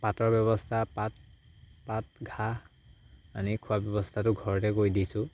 পাতৰ ব্যৱস্থা পাত পাত ঘাঁহ আনি খোৱাৰ ব্যৱস্থাটো ঘৰতে কৰি দিছোঁ